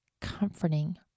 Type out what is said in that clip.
comforting